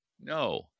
No